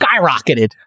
skyrocketed